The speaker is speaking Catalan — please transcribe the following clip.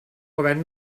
govern